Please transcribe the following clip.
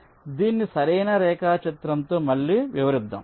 కాబట్టి దీన్ని సరైన రేఖాచిత్రంతో మళ్ళీ వివరిద్దాం